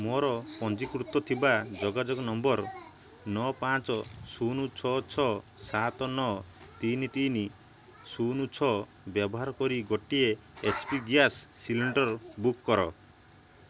ମୋର ପଞ୍ଜୀକୃତ ଥିବା ଯୋଗାଯୋଗ ନମ୍ବର ନଅ ପାଞ୍ଚ ଶୂନ୍ ଛଅ ଛଅ ସାତ ନଅ ତିନି ତିନି ଶୂନ୍ ଛଅ ବ୍ୟବହାର କରି ଗୋଟିଏ H P gas cylinder book କର